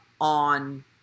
on